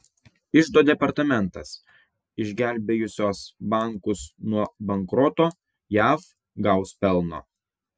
iždo departamentas išgelbėjusios bankus nuo bankroto jav gaus pelno